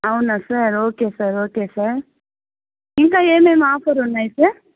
అవునా sir okay sir okay sir ఇంకా ఏమేమి ఆఫర్ ఉన్నాయి సార్